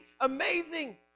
amazing